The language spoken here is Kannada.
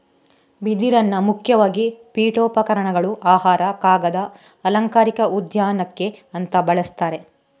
ಬಿದಿರನ್ನ ಮುಖ್ಯವಾಗಿ ಪೀಠೋಪಕರಣಗಳು, ಆಹಾರ, ಕಾಗದ, ಅಲಂಕಾರಿಕ ಉದ್ಯಾನಕ್ಕೆ ಅಂತ ಬಳಸ್ತಾರೆ